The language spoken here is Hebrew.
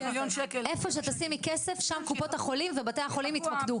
איפה שתשימי כסף שם קופות החולים ובתי החולים יתמקדו.